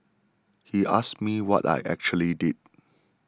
he asked me what I actually did